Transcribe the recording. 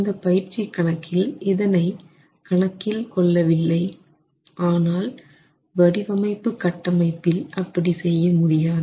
இந்த பயிற்சி கணக்கில் இதனை கணக்கில் கொள்ளவில்லை ஆனால் வடிவமைப்பு கட்டமைப்பில் அப்படி செய்ய முடியாது